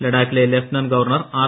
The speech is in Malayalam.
ലഡാക്കിലെ ലഫ്റ്റനന്റ് ഗവർണർ ആർ